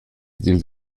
dils